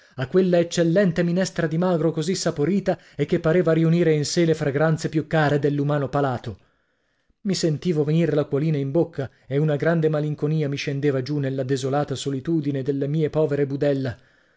a quella eccellente minestra di magro così saporita e che pareva riunire in sé le fragranze più care dell'umano palato i sentivo venir l'acquolina in bocca e una grande malinconia mi scendeva giù nella desolata solitudine delle mie povere budella